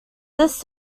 this